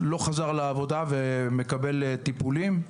לא חזר לעבודה ומקבל טיפולים.